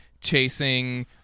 chasing